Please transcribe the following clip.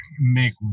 make